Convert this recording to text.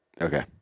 Okay